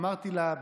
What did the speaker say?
אמרתי לה,